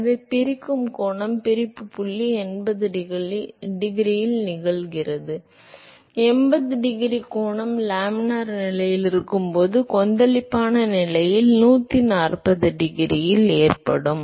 எனவே பிரிக்கும் கோணம் பிரிப்பு புள்ளி 80 டிகிரியில் நிகழ்கிறது 80 டிகிரி கோணம் லேமினார் நிலையில் இருக்கும் போது கொந்தளிப்பான நிலையில் 140 டிகிரியில் ஏற்படும்